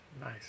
nice